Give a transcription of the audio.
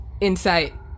Insight